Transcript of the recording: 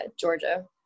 Georgia